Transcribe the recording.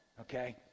okay